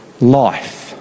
life